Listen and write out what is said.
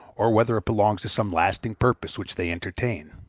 or whether it belongs to some lasting purpose which they entertain.